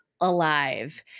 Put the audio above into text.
alive